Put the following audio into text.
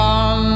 on